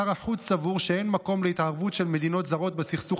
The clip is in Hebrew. שר החוץ סבור שאין מקום להתערבות של מדינות זרות בסכסוך